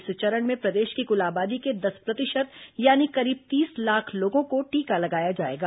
इस चरण में प्रदेश की कुल आबादी के दस प्रतिशत यानी करीब तीस लाख लोगों को टीका लगाया जाएगा